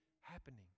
happening